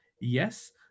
Yes